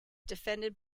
defended